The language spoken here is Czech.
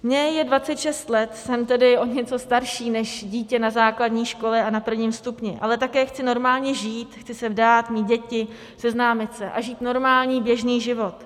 Mně je 26 let, jsem tedy o něco starší než dítě na základní škole a na prvním stupni, ale také chci normálně žít, chci se vdát, mít děti, seznámit se a žít normální, běžný život.